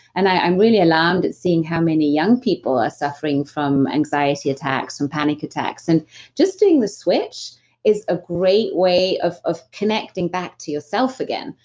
and i'm really alarmed at seeing how many young people are suffering from anxiety attacks, from panic attacks. and just doing the switch is a great way of of connecting back to yourself again.